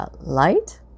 Light